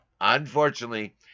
unfortunately